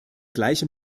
gleiche